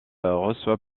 reçoit